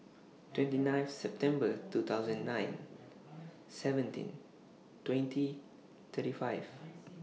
twenty nine September two thousand nine seventeen twenty thirty five